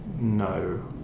No